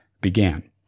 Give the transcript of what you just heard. began